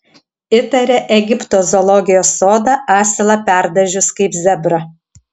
įtaria egipto zoologijos sodą asilą perdažius kaip zebrą